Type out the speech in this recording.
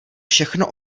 všechno